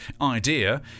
idea